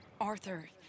Arthur